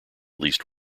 least